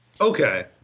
Okay